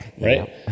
right